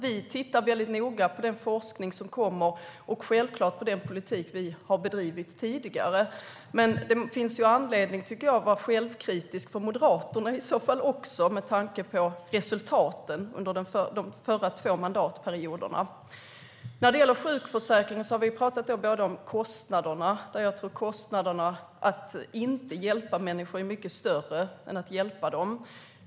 Vi tittar noga på de forskningsresultat som kommer och självklart på den politik vi har bedrivit tidigare. Men jag tycker att det också finns anledning för Moderaterna att vara självkritiska med tanke på resultaten under de förra två mandatperioderna. När det gäller sjukförsäkringen har vi talat om kostnaderna, och jag tror att kostnaderna om man inte hjälper människor blir mycket större än om man hjälper dem.